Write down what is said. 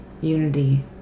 unity